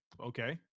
Okay